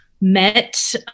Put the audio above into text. met